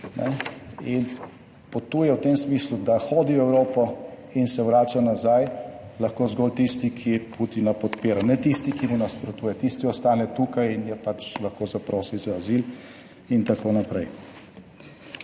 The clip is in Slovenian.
in potuje v tem smislu, da hodi v Evropo in se vrača nazaj, lahko zgolj tisti, ki Putina podpira, ne tisti, ki mu nasprotuje. Tisti ostane tukaj in jo lahko zaprosi za azil in tako naprej.